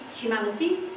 humanity